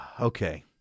Okay